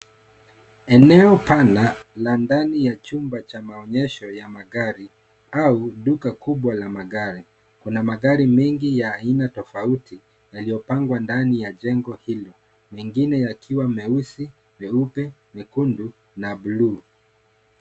Eneo pana la ndani ya chumba cha maonyesho ya magari au duka kubwa la magari. Kuna magari mengi ya aina tofauti yalio pangwa ndani ya jengo hilo mengine yakiwa meusi, meupe, mekundu na bluu.